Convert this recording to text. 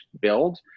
build